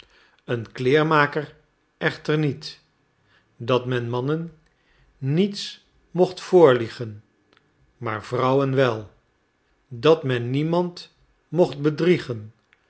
een kleermaker echter niet dat men mannen niets mocht voorliegen maar vrouwen wel dat men niemand mocht bedriegen